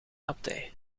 abdij